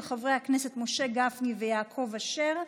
של חברי הכנסת משה גפני ויעקב אשר,